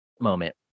moment